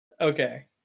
Okay